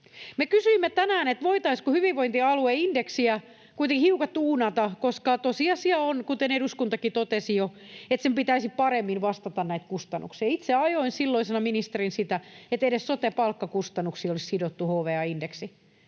Me kysyimme tänään, voitaisiinko hyvinvointialueindeksiä kuitenkin hiukan tuunata, koska tosiasia on, kuten eduskuntakin totesi jo, että sen pitäisi paremmin vastata näitä kustannuksia. Itse ajoin silloisena ministerinä sitä, että edes sote-palkkakustannuksia olisi sidottu HVA-indeksiin.